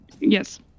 Yes